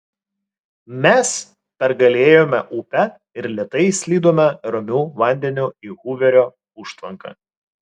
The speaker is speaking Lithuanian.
mes pergalėjome upę ir lėtai slydome ramiu vandeniu į huverio užtvanką